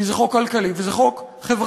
כי זה חוק כלכלי וזה חוק חברתי.